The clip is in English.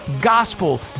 gospel